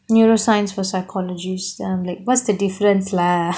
neuroscience for psychologists then I'm like what's the difference lah